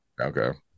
okay